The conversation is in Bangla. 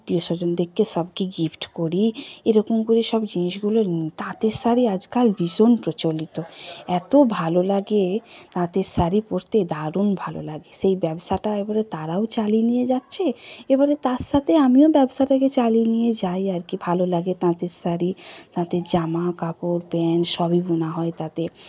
আত্মীয় স্বজনদেরকে সবকে গিফট করি এরকম করে সব জিনিসগুলো নিই তাঁতের শাড়ি আজকাল ভীষণ প্রচলিত এত ভালো লাগে তাঁতের শাড়ি পরতে দারুণ ভালো লাগে সেই ব্যবসাটা এবারে তারাও চালিয়ে নিয়ে যাচ্ছে এবারে তার সাথে আমিও ব্যবসাটাকে চালিয়ে নিয়ে যাই আর কী ভালো লাগে তাঁতের শাড়ি তাঁতের জামা কাপড় প্যান্ট সবই বোনা হয় তাদের